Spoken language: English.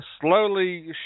slowly